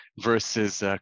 versus